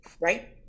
right